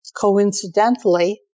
coincidentally